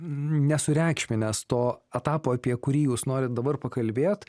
nesureikšminęs to etapo apie kurį jūs norit dabar pakalbėt